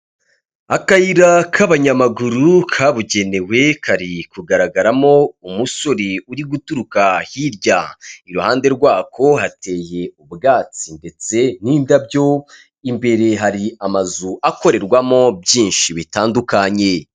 Akayira k'abanyamaguru kabugenewe kari kugaragaramo umusore uri guturuka hirya, iruhande rwako hateye ubwatsi ndetse n'indabyo, imbere hari amazu akorerwamo byinshi bitandukanye.